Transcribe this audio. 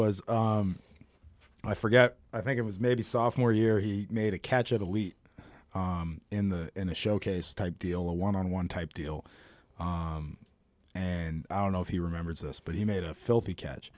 was i forget i think it was maybe sophomore year he made a catch at elite in the in the showcase type deal a one on one type deal and i don't know if he remembers this but he made a filthy catch